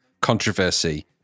controversy